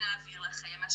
נעביר לכם.